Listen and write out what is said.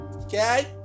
Okay